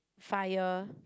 fire